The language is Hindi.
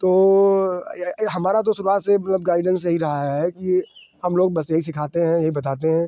तो या हमारा तो शुरुआत से ही मतलब गाइडेंस यही रहा है कि हम लोग बस यही सिखाते हैं यही बताते हैं